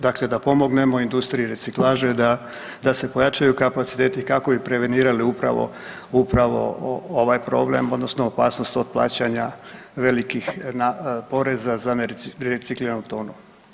Dakle da pomognemo industriji reciklaže da se pojačaju kapaciteti, kako bi prevenirali upravo ovaj problem odnosno opasnost od plaćanja velikih poreza za nerecikliranu tonu.